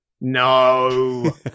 No